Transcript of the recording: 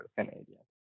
Canadian